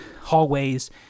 hallways